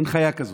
אין חיה כזאת.